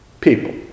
people